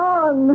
on